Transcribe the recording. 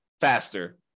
faster